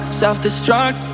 self-destruct